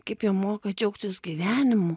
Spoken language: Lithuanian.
kaip jie moka džiaugtis gyvenimu